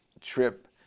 trip